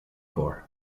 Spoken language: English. corps